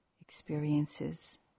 experiences